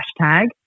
hashtag